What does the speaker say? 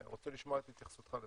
אני רוצה לשמוע את התייחסותך.